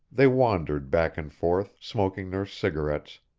they wandered back and forth, smoking their cigarettes,